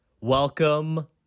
welcome